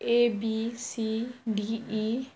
A B C D E